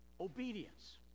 obedience